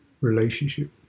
relationship